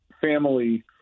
family